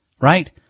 right